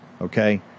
Okay